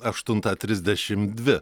aštuntą trisdešim dvi